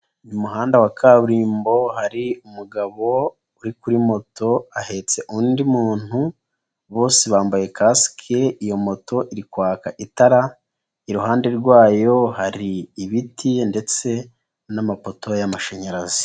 Mu muhanda wa kaburimbo hari umugabo uri kuri moto ahetse undi muntu bose bambaye kasike iyo moto iri kwaka itara iruhande rwayo hari ibiti ndetse n'amapoto y'amashanyarazi.